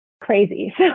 crazy